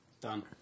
Done